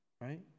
right